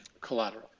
collateral